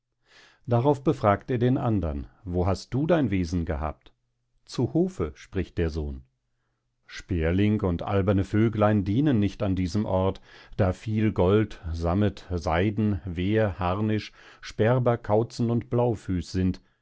darauf befragt er den andern wo hast du dein wesen gehabt zu hofe spricht der sohn sperling und alberne vöglein dienen nicht an diesem ort da viel gold sammet seiden wehr harnisch sperber kautzen und blaufüß sind